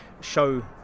show